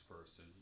person